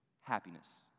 Happiness